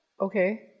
okay